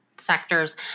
sectors